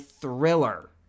thriller